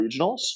regionals